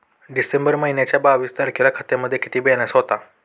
डिसेंबर महिन्याच्या बावीस तारखेला खात्यामध्ये किती बॅलन्स होता?